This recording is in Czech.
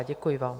Děkuji vám.